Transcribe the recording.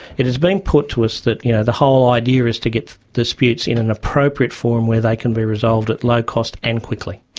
it's been put to us that yeah the whole idea is to get disputes in an appropriate forum where they can be resolved at low cost and quickly.